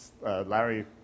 Larry